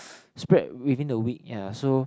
spread within a week ya so